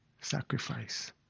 sacrifice